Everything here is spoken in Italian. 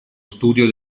studio